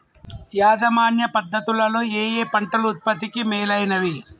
యాజమాన్య పద్ధతు లలో ఏయే పంటలు ఉత్పత్తికి మేలైనవి?